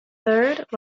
third